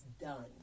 done